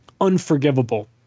unforgivable